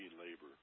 labor